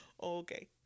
okay